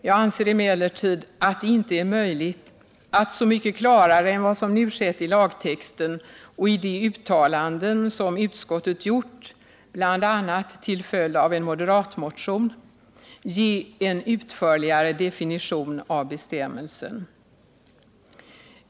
Jag anser emellertid att det inte är möjligt att så mycket klarare än vad som nu skett i lagtexten och i de uttalanden som utskottet gjort bl.a. till följd av en moderatmotion ge en utförligare definition av bestämmelsen.